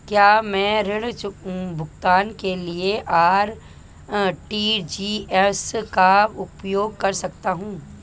क्या मैं ऋण भुगतान के लिए आर.टी.जी.एस का उपयोग कर सकता हूँ?